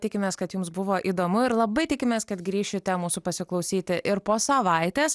tikimės kad jums buvo įdomu ir labai tikimės kad grįšite mūsų pasiklausyti ir po savaitės